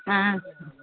ஆ